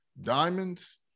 Diamonds